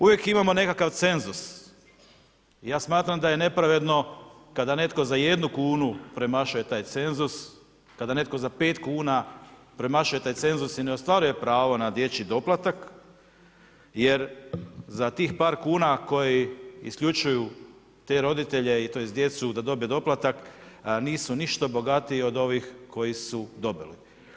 Uvijek imamo nekakav cenzus, ja smatram da je nepravedno kada netko za 1 kunu premašuje taj cenzus, kada netko za 5 kuna premašuje taj cenzus i ne ostvaruje pravo na dječji doplatak jer za tih par kuna koji isključuju te roditelje, tj. djecu da dobiju doplatak nisu ništa bogatiji od ovih koji su dobili.